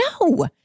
No